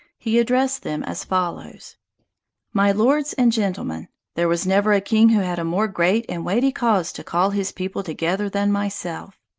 he addressed them as follows my lords and gentlemen there was never a king who had a more great and weighty cause to call his people together than myself.